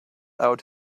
out